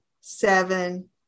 seven